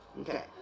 Okay